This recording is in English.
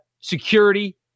security